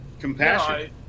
compassion